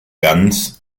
ganz